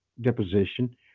deposition